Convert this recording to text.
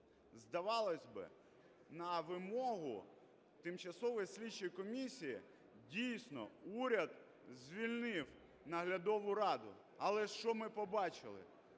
Здавалось би, на вимогу тимчасової слідчої комісії, дійсно, уряд звільнив наглядову раду, але що ми побачили: